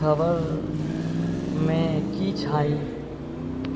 खबरमे की छई